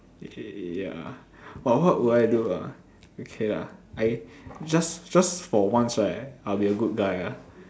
okay ya but what will I do ah okay lah I just just for once right I will be a good guy ah